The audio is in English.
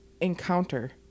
encounter